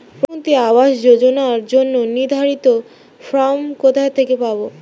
প্রধানমন্ত্রী আবাস যোজনার জন্য নির্ধারিত ফরম কোথা থেকে পাব?